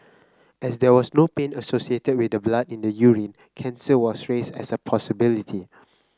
as there was no pain associated with the blood in the urine cancer was raised as a possibility